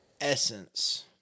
essence